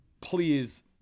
Please